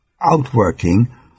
outworking